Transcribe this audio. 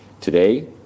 Today